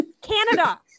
canada